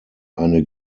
ein